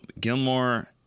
Gilmore